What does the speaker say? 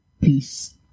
peace